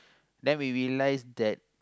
then we we realise that